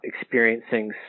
experiencing